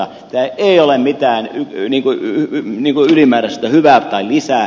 tämä ei ole mitään ylimääräistä hyvää tai lisää